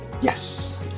Yes